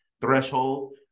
threshold